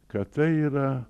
kad tai yra